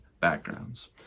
backgrounds